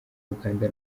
uganda